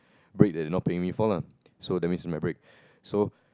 break that they are not paying me for lah so that means it's my break so